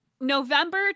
November